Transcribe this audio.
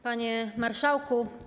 Panie Marszałku!